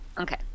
Okay